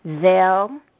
Zell